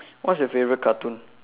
what's your favourite cartoon